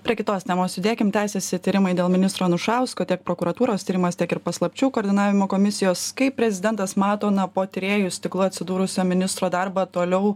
prie kitos temos judėkim tęsiasi tyrimai dėl ministro anušausko tiek prokuratūros tyrimas tiek ir paslapčių koordinavimo komisijos kaip prezidentas mato na po tyrėjų stiklu atsidūrusio ministro darbą toliau